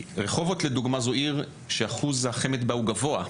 כי רחובות לדוגמא זו עיר שאחוז החמ"ד בה הוא גבוה,